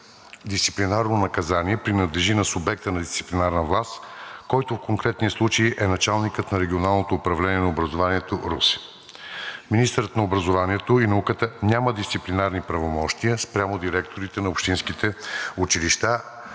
дисциплинарно наказание принадлежи на субекта на дисциплинарна власт, който в конкретния случай е началникът на Регионалното управление на образованието – Русе. Министърът на образованието и науката няма дисциплинарни правомощия спрямо директорите на общинските училища,